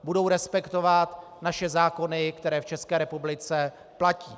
Budou respektovat naše zákony, které v České republice platí.